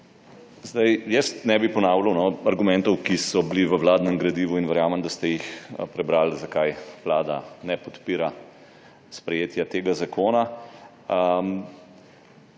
Hvala lepa. Ne bi ponavljal argumentov, ki so bili v vladnem gradivu in verjamem, da ste jih prebrali, zakaj Vlada ne podpira sprejetja tega zakona.